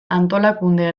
antolakunde